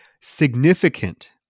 significant